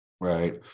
right